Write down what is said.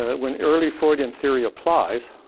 ah when early freudian theory applies,